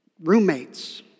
roommates